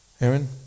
Aaron